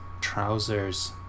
Trousers